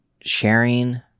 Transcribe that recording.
sharing